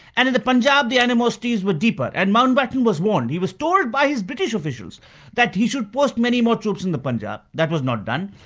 and in the punjab the animosities were deeper, and mountbatten was warned. he was told by his british officials that he should post many more troops in the punjab. that was not done.